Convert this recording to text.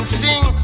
sing